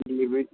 delivery